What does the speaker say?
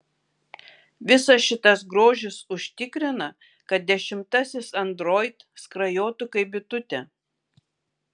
visas šitas grožis užtikrina kad dešimtasis android skrajotų kaip bitutė